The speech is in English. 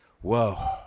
whoa